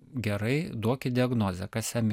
gerai duokit diagnozę kas jam